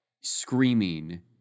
screaming